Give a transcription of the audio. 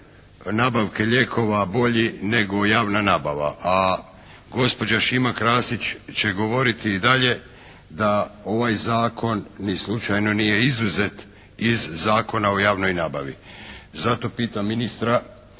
nabavke lijekova bolji nego javna nabava, a gospođa Šima Krasić će govoriti i dalje da ovaj Zakon ni slučajno nije izuzet iz Zakona o javnoj nabavi. Zato pitam ministra